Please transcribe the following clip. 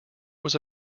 was